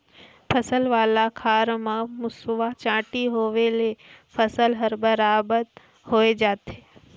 फसल वाला खार म मूसवा, चांटी होवयले फसल हर बरबाद होए जाथे